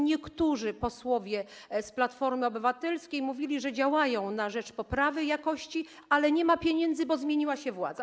Niektórzy posłowie z Platformy Obywatelskiej mówili, że działają na rzecz poprawy jakości, ale nie ma pieniędzy, bo zmieniła się władza.